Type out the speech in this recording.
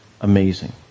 amazing